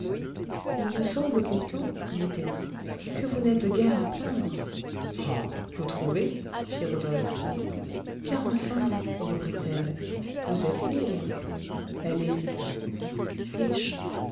il me semble pourtant dit emma que vous n'êtes guère à plaindre ah vous trouvez fit rodolphe car enfin reprit-elle vous êtes libre elle hésita riche